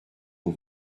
mon